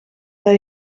hij